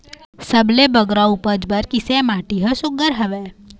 सबले बगरा उपज बर किसे माटी हर सुघ्घर हवे?